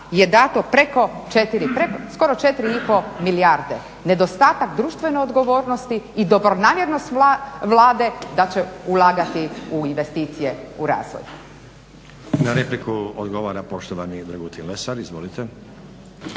je dato preko 4, skoro 4,5 milijarde, nedostatak društvene odgovornosti i dobronamjernost Vlade da će ulagati u investicije u razvoj. **Stazić, Nenad (SDP)** Na repliku odgovara poštovani Dragutin Lesar. Izvolite.